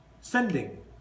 sending